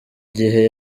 gihe